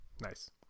Nice